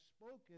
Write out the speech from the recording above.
spoken